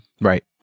Right